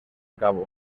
cabo